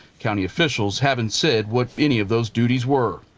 county officials haven't said what any of those duties were.